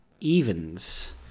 evens